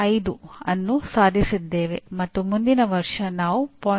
05 ಅನ್ನು ಸಾಧಿಸಿದ್ದೇನೆ ಮತ್ತು ಮುಂದಿನ ವರ್ಷ ಅದನ್ನು 0